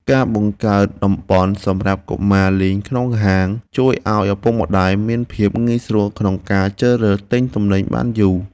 ការបង្កើតតំបន់សម្រាប់កុមារលេងក្នុងហាងជួយឱ្យឪពុកម្តាយមានភាពងាយស្រួលក្នុងការជ្រើសរើសទិញទំនិញបានយូរ។